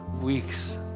weeks